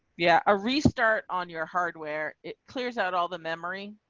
yeah, a restart on your hardware it clears out all the memory.